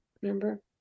Remember